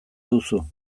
duzu